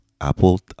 Apple